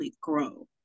grow